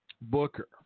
booker